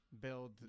build